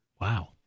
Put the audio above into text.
Wow